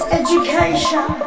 education